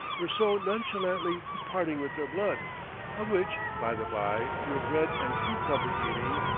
were so nonchalantly parting with their blood of which, by the by, your bread and cucumber eating,